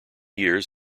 years